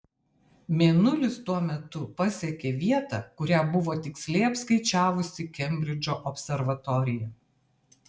mėnulis tuo metu pasiekė vietą kurią buvo tiksliai apskaičiavusi kembridžo observatorija